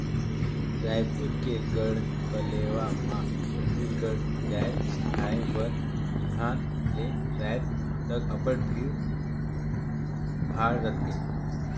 रइपुर के गढ़कलेवा म छत्तीसगढ़ जाएत खाए बर बिहान ले राएत तक अब्बड़ भीड़ भाड़ रहथे